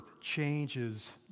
changes